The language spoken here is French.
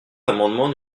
l’amendement